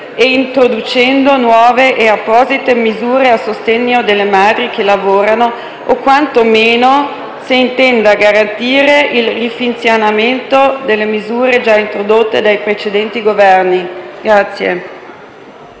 e introducendo nuove e apposite misure a sostegno delle madri che lavorano o, quantomeno, se intenda garantire il rifinanziamento delle misure già introdotte dai precedenti Governi.